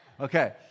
Okay